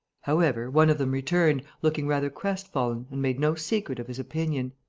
however, one of them returned, looking rather crestfallen, and made no secret of his opinion